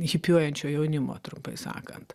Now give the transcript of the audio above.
hipiuojančio jaunimo trumpai sakant